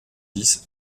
dix